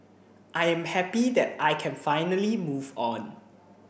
I am happy that I can finally move on